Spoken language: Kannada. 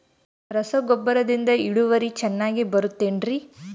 ರಸಗೊಬ್ಬರದಿಂದ ಇಳುವರಿ ಚೆನ್ನಾಗಿ ಬರುತ್ತೆ ಏನ್ರಿ?